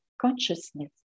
consciousness